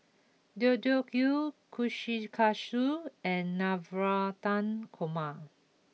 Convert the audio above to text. Deodeok Gui Kushikatsu and Navratan Korma